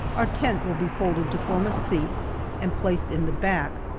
our tent will be folded to form a seat and placed in the back,